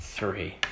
Three